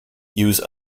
use